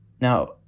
Now